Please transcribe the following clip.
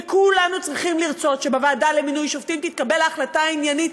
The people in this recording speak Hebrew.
וכולנו צריכים לרצות שבוועדה למינוי שופטים תתקבל החלטה עניינית.